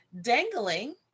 dangling